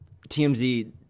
tmz